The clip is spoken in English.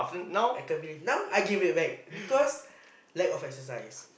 I can't believe now I gain weight back because lack of exercise